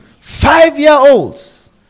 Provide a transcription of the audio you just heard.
five-year-olds